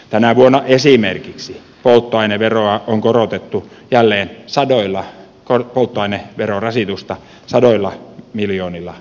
tänä vuonna esimerkiksi polttoaineverorasitusta on korotettu jälleen sadoilla miljoonilla euroilla